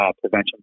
prevention